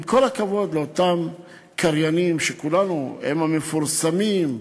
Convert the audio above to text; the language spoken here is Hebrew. עם כל הכבוד לאותם קריינים, שהם המפורסמים,